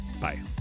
Bye